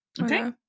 okay